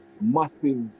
massive